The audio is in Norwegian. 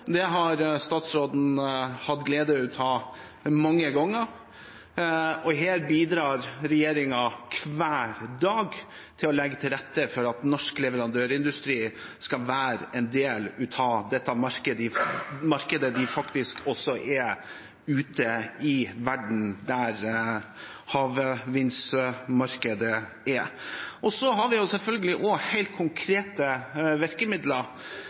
Det har statsråden hatt gleden av mange ganger. Her bidrar regjeringen hver dag til å legge til rette for at norsk leverandørindustri skal være en del av dette markedet – noe de faktisk også er ute i verden, der havvindmarkedet er. Så har vi selvfølgelig også helt konkrete virkemidler.